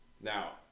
now